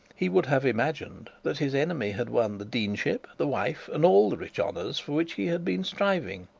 he would have imagined that his enemy had won the deanship, the wife, and all the rich honours, for which he had been striving.